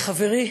חברי